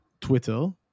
Twitter